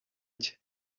nshya